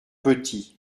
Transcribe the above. petit